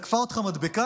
תקפה אותך מדבקה?